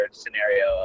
scenario